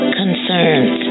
concerns